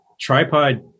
tripod